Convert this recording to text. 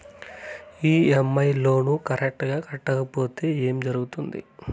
EMI loan correct గా కట్టకపోతే ఏం జరుగుతుంది